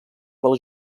del